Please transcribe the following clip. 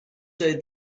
say